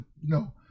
No